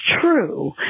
true